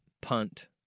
punt